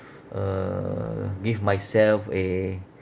uh give myself a